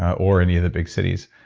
or any of the big cities.